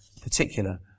particular